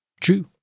true